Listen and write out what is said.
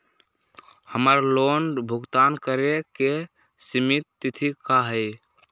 हमर लोन भुगतान करे के सिमित तिथि का हई?